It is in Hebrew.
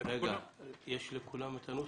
לכולם יש את הנוסח?